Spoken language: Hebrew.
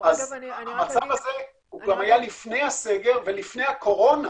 המצב הזה היה גם לפני הסגר ולפני הקורונה.